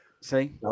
See